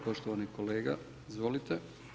Poštovani kolega izvolite.